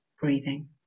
breathing